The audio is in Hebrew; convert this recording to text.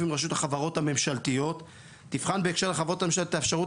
עם רשות החברות הממשלתיות תבחן בהקשר לחברות ממשלתיות את האפשרות